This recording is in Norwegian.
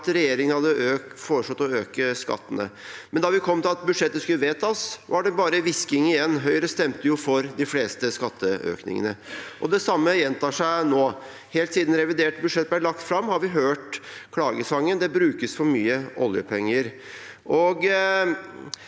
regjeringen hadde foreslått å øke skattene. Men da vi kom dit at budsjettet skulle vedtas, var det bare hvisking igjen. Høyre stemte jo for de fleste skatteøkningene. Det samme gjentar seg nå. Helt siden revidert budsjett ble lagt fram, har vi hørt klagesangen: Det brukes for mye oljepenger.